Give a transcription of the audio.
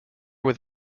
with